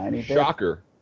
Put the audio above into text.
Shocker